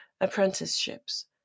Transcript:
apprenticeships